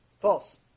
False